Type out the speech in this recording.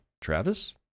Travis